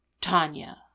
Tanya